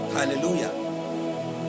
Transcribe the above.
hallelujah